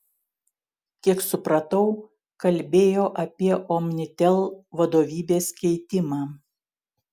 kiek supratau kalbėjo apie omnitel vadovybės keitimą